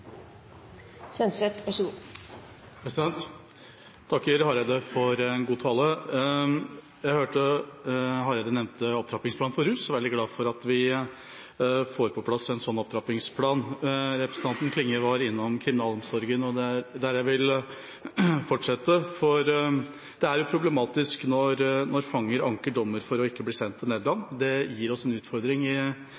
til Nederland. Så under dei føresetnadene, og at det ikkje var nokon gode løysingar, meiner me at i den situasjonen me er i, er dette det beste, men det er ei mellombels løysing. Jeg takker Hareide for en god tale. Jeg hørte Hareide nevne opptrappingsplanen for rusfeltet, og jeg er veldig glad for at vi får på plass en slik opptrappingsplan. Representanten Klinge var innom kriminalomsorgen, og det er der jeg vil fortsette. Det er problematisk